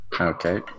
Okay